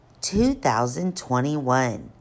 2021